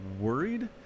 worried